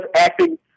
acting